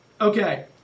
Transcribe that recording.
okay